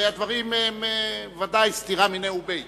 הרי הדברים הם בוודאי סתירה מיניה וביה.